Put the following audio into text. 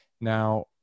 Now